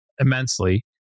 immensely